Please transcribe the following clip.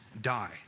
die